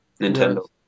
Nintendo